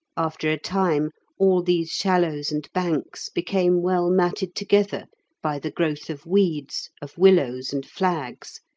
after a time all these shallows and banks became well matted together by the growth of weeds, of willows, and flags,